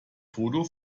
foto